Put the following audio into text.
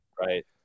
right